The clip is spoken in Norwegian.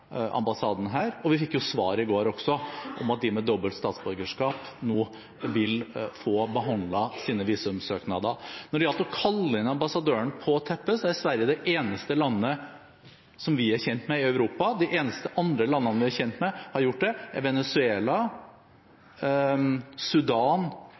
her, og vi fikk svar i går også om at de med dobbelt statsborgerskap nå vil få behandlet sine visumsøknader. Når det gjaldt å kalle inn ambassadøren på teppet, er Sverige det eneste landet som vi er kjent med i Europa. De eneste andre landene vi er kjent med som har gjort det, er Venezuela, Sudan